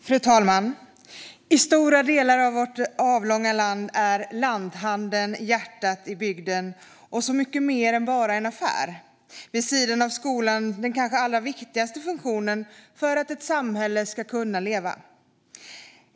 Fru talman! I stora delar av vårt avlånga land är lanthandeln hjärtat i bygden och så mycket mer än bara en affär. Vid sidan av skolan är den kanske den allra viktigaste funktionen för att ett samhälle ska kunna leva.